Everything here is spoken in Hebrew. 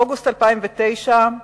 אוגוסט 2009,